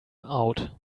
out